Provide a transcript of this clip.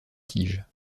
tige